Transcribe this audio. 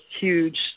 huge